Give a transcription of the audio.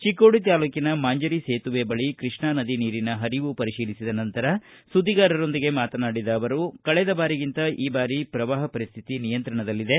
ಚಿಕ್ಕೋಡಿ ತಾಲ್ಲೂಕಿನ ಮಾಂಜರಿ ಸೇತುವೆ ಬಳಿ ಕ್ರಷ್ಣಾ ನದಿ ನೀರಿನ ಪರಿವು ಪರಿಶೀಲಿಸಿದ ನಂತರ ಸುದ್ಗಿಗಾರರೊಂದಿಗೆ ಮಾತನಾಡಿದ ಅವರು ಕಳೆದ ಬಾರಿಗಿಂತ ಈ ಬಾರಿ ಪ್ರವಾಹ ಪರಿಸ್ಥಿತಿ ನಿಯಂತ್ರಣದಲ್ಲಿದೆ